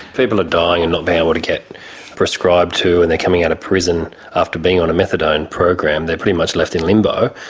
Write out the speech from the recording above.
people are dying and not being able to get prescribed to, and they're coming out of prison after being on a methadone program they're pretty much left in limbo.